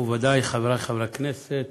מכובדי חברי חברי הכנסת